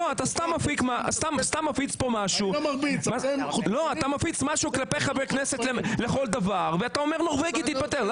אתה סתם מפיץ כאן משהו כלפי חברי כנסת לכל דבר ואתה אומר נורבגי תתפטר.